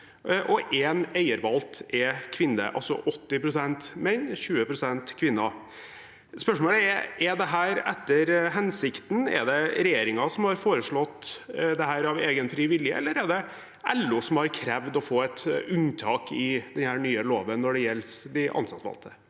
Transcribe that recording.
og én eiervalgt er kvinne – altså 80 pst. menn og 20 pst. kvinner. Spørsmålet er: Er dette etter hensikten? Er det regjeringen som har foreslått dette av egen fri vilje, eller er det LO som har krevd å få et unntak i denne nye loven når det gjelder de ansattvalgte?